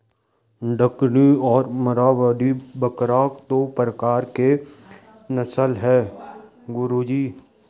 डकनी और मारवाड़ी बकरा दो प्रकार के नस्ल है गुरु जी